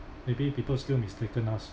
maybe people still mistaken us